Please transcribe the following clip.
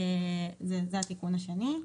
זה התיקון השני.